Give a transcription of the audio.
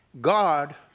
God